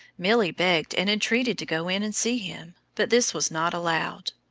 milly begged and entreated to go in and see him, but this was not allowed.